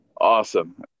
Awesome